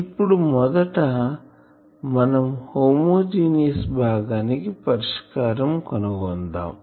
ఇప్పుడు మొదట గా మనం హోమోజీనియస్ భాగానికి పరిష్కారం కనుగొందాము